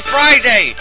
Friday